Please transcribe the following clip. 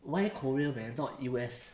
why korea man not U_S